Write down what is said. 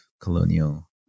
colonial